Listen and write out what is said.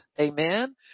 Amen